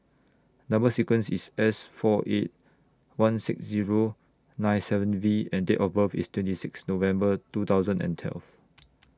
Number sequence IS S four eight one six Zero nine seven V and Date of birth IS twenty six November two thousand and twelve